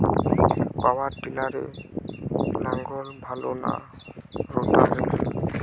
পাওয়ার টিলারে লাঙ্গল ভালো না রোটারের?